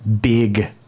big